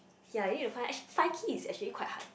yea you need to find actually find key is actually quite hard